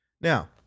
Now